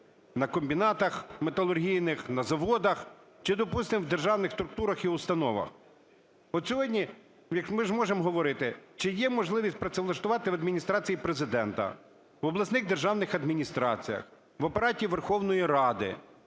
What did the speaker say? на комбінатах металургійних, на заводах чи, допустимо, в державних структурах і установах? От сьогодні, ми ж можемо говорити, чи є можливість працевлаштувати в Адміністрації Президента, в обласних державних адміністраціях, в Апараті Верховної Ради.